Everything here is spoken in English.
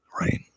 Right